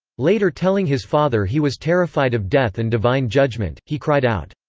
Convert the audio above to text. later telling his father he was terrified of death and divine judgment, he cried out,